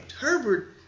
Herbert